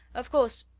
of course,